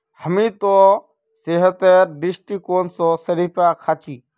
हामी त सेहतेर दृष्टिकोण स शरीफा खा छि